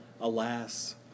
Alas